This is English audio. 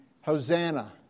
Hosanna